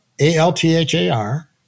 A-L-T-H-A-R